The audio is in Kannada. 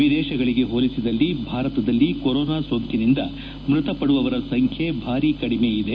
ವಿದೇಶಗಳಿಗೆ ಹೋಲಿಸಿದಲ್ಲಿ ಭಾರತದಲ್ಲಿ ಕೊರೋನಾ ಸೋಂಕಿನಿಂದ ಮೃತಪಡುವವರ ಸಂಖ್ಯೆ ಭಾರೀ ಕಡಿಮೆ ಇದೆ